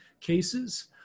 cases